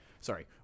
sorry